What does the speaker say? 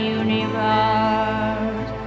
universe